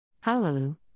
Hallelujah